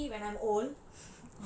like maybe when I'm old